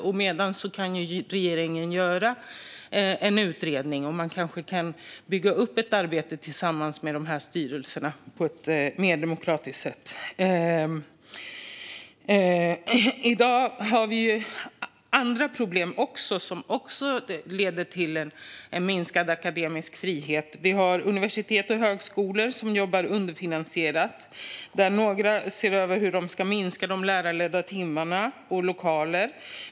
Under tiden kan regeringen göra en utredning och sedan bygga upp arbetet tillsammans med styrelserna på ett mer demokratiskt sätt. I dag finns andra problem som också leder till minskad akademisk frihet. Universitet och högskolor är underfinansierade. Några ser över hur de ska minska de lärarledda timmarna och använda färre lokaler.